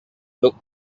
looked